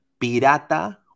Pirata